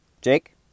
Jake